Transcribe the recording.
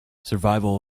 survival